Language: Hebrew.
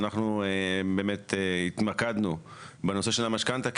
אנחנו באמת התמקדו בנושא של המשכנתה כי